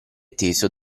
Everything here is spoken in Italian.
teso